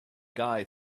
guy